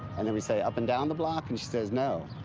and then we say, up and down the block? and she says, no,